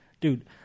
dude